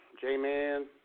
J-Man